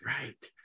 Right